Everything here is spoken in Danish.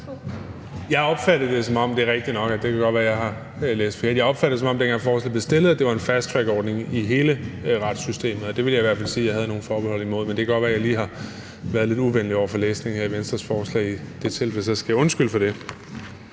Jeg opfattede det sådan – det er rigtigt nok; det kan godt være, at jeg har læst forkert – dengang forslaget blev fremsat, at det var en fast track-ordning i hele retssystemet, og det vil jeg i hvert fald sige jeg havde nogle forbehold imod: Det kan godt være, at jeg lige har været lidt uvenlig over for læsningen af Venstres forslag. I det tilfælde skal jeg undskylde for det.